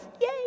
Yay